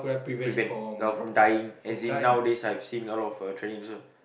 prevent uh from dying as in nowadays I've seen a lot of uh tradition~